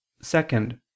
Second